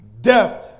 death